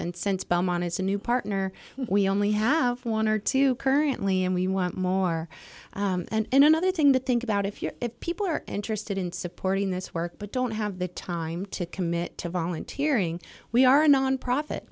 and since belmont it's a new partner we only have one or two you currently and we want more and another thing to think about if you're if people are interested in supporting this work but don't have the time to commit to volunteering we are nonprofit